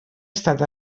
estat